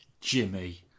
Jimmy